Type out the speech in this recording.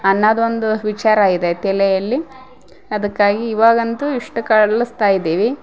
ಅನ್ನಾದು ಒಂದು ವಿಚಾರ ಇದೆ ತಲೆಯಲ್ಲಿ ಅದಕ್ಕಾಗಿ ಇವಾಗಂತು ಇಷ್ಟು ಕಲಸ್ತಾ ಇದ್ದೀವಿ